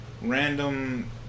random